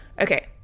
Okay